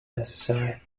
necessary